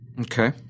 Okay